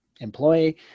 employee